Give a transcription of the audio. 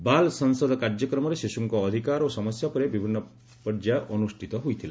ବାଲ ସଂସଦ କାର୍ଯ୍ୟକ୍ରମରେ ଶିଶୁଙ୍କ ଅଧିକାର ଓ ସମସ୍ୟା ଉପରେ ବିଭିନ୍ନ ପର୍ଯ୍ୟାୟ ଅନୁଷ୍ଠିତ ହୋଇଥିଲା